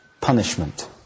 punishment